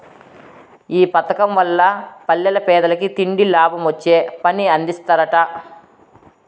ఈ పదకం వల్ల పల్లెల్ల పేదలకి తిండి, లాభమొచ్చే పని అందిస్తరట